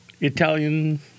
Italian